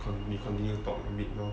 we continue talk to meet lor